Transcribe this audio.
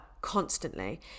constantly